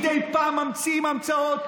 מדי פעם ממציאים המצאות,